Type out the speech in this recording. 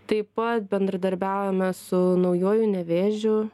taip pat bendradarbiaujame su naujuoju nevėžiu